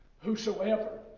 Whosoever